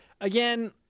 again